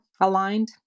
aligned